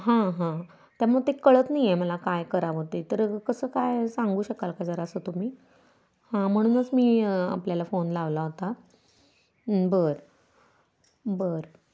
हां हां त्यामुळं ते कळत नाही आहे मला काय करावं ते तर कसं काय सांगू शकाल का जरासं तुम्ही हां म्हणूनच मी आपल्याला फोन लावला होता बरं बरं